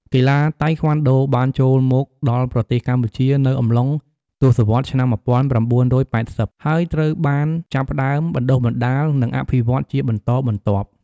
កីឡាតៃក្វាន់ដូបានចូលមកដល់ប្រទេសកម្ពុជានៅអំឡុងទសវត្សរ៍ឆ្នាំ ១៩៨០ ហើយត្រូវបានចាប់ផ្ដើមបណ្ដុះបណ្ដាល និងអភិវឌ្ឍជាបន្តបន្ទាប់។